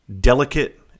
delicate